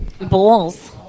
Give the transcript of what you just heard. Balls